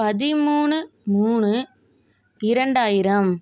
பதிமூணு மூணு இரண்டாயிரம்